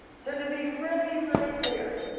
so to be really really clear.